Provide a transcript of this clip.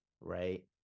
right